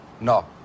no